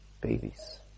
babies